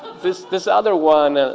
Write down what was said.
this this other one,